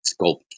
sculpt